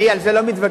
אני על זה לא מתווכח.